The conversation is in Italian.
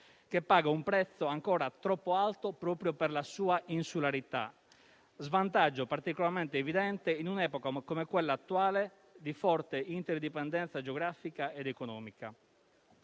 che paga un prezzo ancora troppo alto proprio per la sua insularità; svantaggio particolarmente evidente in un'epoca come quella attuale di forte interdipendenza geografica ed economica.